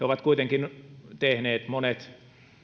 ovat kuitenkin tehneet